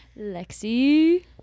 lexi